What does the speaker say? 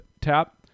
tap